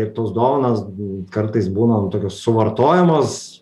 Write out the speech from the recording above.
ir tos dovanos kartais būna nu tokios suvartojamos